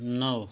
नौ